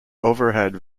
overhead